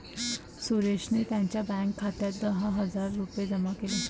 सुरेशने त्यांच्या बँक खात्यात दहा हजार रुपये जमा केले